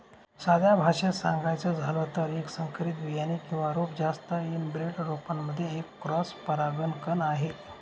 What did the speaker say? साध्या भाषेत सांगायचं झालं तर, एक संकरित बियाणे किंवा रोप जास्त एनब्रेड रोपांमध्ये एक क्रॉस परागकण आहे